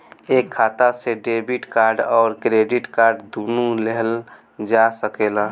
एक खाता से डेबिट कार्ड और क्रेडिट कार्ड दुनु लेहल जा सकेला?